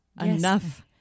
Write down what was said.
enough